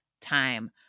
time